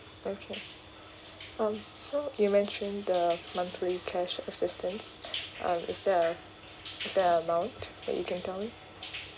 okay um so you mentioned the monthly cash assistance um is there a is there an amount that you can tell me